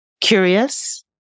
curious